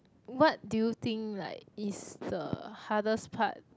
what do you think like is the hardest part